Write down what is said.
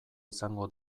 izango